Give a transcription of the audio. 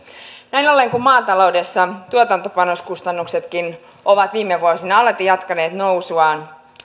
näin ollen kun maataloudessa tuotantopanoskustannuksetkin ovat viime vuosina alati jatkaneet nousuaan